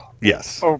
yes